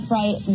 right